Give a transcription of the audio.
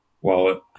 Wallet